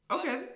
okay